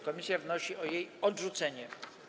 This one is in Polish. Komisja wnosi o jej odrzucenie.